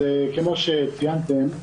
כמו שציינתם,